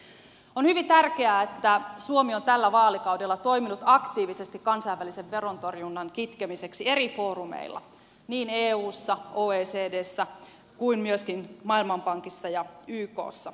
on hyvin tärkeää että suomi on tällä vaalikaudella toiminut aktiivisesti kansainvälisen verontorjunnan kitkemiseksi eri foorumeilla niin eussa oecdssä kuin myöskin maailmanpankissa ja ykssa